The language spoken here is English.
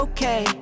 Okay